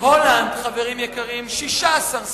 הולנד, חברים יקרים, 16 שרים.